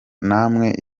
namwe